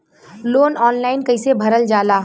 Loan online कइसे भरल जाला?